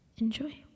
Enjoy